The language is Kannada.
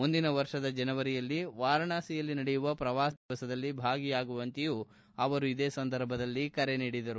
ಮುಂದಿನ ವರ್ಷದ ಜನವರಿಯಲ್ಲ ವಾರಣಾಸಿಯಲ್ಲಿ ನಡೆಯುವ ಪ್ರವಾಸಿ ಭಾರತೀಯ ದಿವಸದಲ್ಲಿ ಭಾಗಿಯಾಗುವಂತೆಯೂ ಅವರು ಕರೆ ನೀಡಿದರು